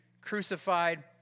crucified